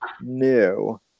new